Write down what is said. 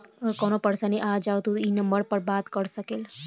अगर कवनो परेशानी आ जाव त तू ई नम्बर पर बात कर सकेल